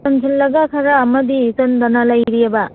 ꯆꯟꯁꯜꯂꯒ ꯈꯔ ꯑꯃꯗꯤ ꯆꯟꯗꯅ ꯂꯩꯔꯤꯌꯦꯕ